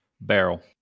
Barrel